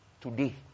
today